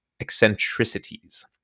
eccentricities